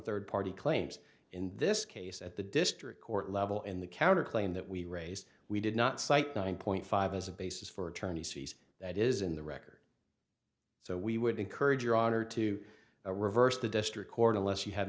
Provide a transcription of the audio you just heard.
third party claims in this case at the district court level and the counter claim that we raised we did not cite nine point five as a basis for attorney's fees that is in the record so we would encourage your honor to reverse the district court unless you have